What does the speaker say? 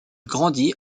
grandit